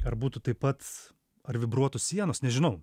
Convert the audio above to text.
ar būtų taip pat ar vibruotų sienos nežinau